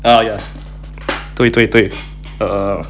ah ya 对对对 err